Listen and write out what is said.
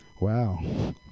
Wow